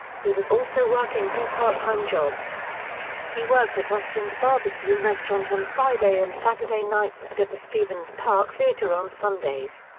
he was also working two part-time jobs he worked at austin's barbecue restaurant on friday and saturday nights and at the stevens park theatre on sundays.